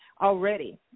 already